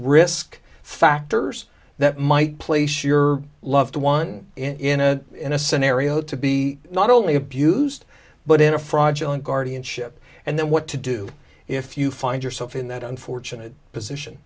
risk factors that might place your loved one in a in a scenario to be not only abused but in a fraudulent guardianship and then what to do if you find yourself in that unfortunate position